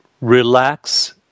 relax